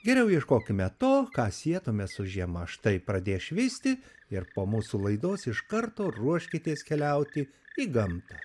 geriau ieškokime to ką sietume su žiema štai pradės švisti ir po mūsų laidos iš karto ruoškitės keliauti į gamtą